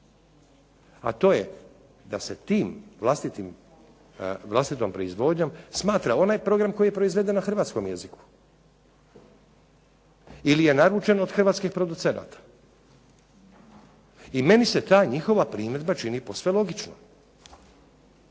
a to je da se tim vlastitim, vlastitom proizvodnjom smatra onaj program koji je proizveden na hrvatskom jeziku, ili je naručen od hrvatskih producenata. I meni se ta njihova primjedba čini posve logičnom.